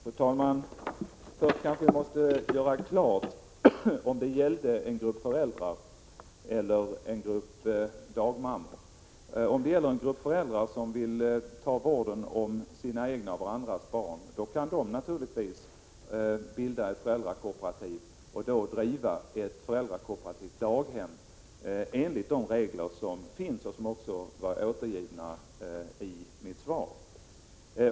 Fru talman! Först kanske vi måste göra klart om det gäller en grupp föräldrar eller en grupp dagmammor. Om det gäller en grupp föräldrar som vill ta vård om sina egna och andras barn kan de naturligtvis bilda ett föräldrakooperativ. De kan då driva ett föräldrakooperativt daghem enligt de regler som finns och som även återgavs i mitt svar.